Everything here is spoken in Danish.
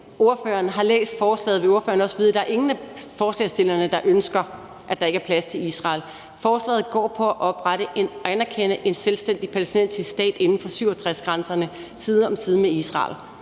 ordføreren har læst beslutningsforslaget, vil ordføreren også vide, at ingen af forslagsstillerne ønsker, at der ikke plads til Israel. Forslaget går på at oprette og anerkende en selvstændig palæstinensisk stat inden for 67-grænserne side om side med Israel.